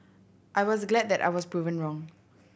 I was glad that I was proven wrong